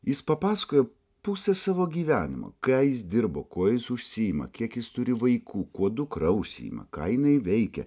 jis papasakojo pusę savo gyvenimo ką jis dirbo kuo jis užsiima kiek jis turi vaikų kuo dukra užsiima ką jinai veikia